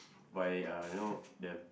by uh you know the